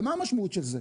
מה המשמעות של זה?